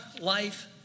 life